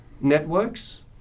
networks